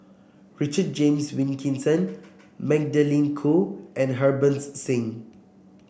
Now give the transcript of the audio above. Richard James Wilkinson Magdalene Khoo and Harbans Singh